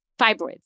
Fibroids